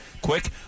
quick